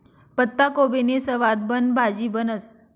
पत्ताकोबीनी सवादबन भाजी बनस